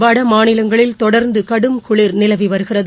வடமாநிலங்களில் தொடர்ந்துகடும் குளிர் நிலவிவருகிறது